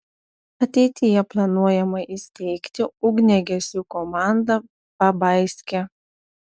ateityje planuojama įsteigti ugniagesių komandą pabaiske